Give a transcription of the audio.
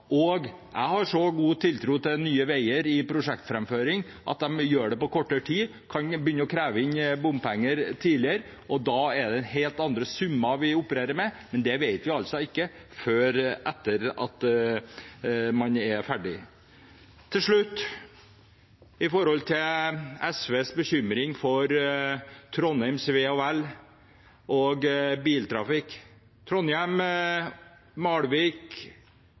årene. Jeg har såpass god tiltro til Nye Veier når det gjelder prosjektframføring, at jeg tror at de kan gjøre det på kortere tid, og kan begynne å kreve inn bompenger tidligere. Da opererer vi med helt andre summer, men det vet man ikke før etter at man er ferdig. Til slutt om SVs bekymring for Trondheims ve og vel og biltrafikk: Trondheim, Malvik,